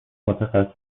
متخصص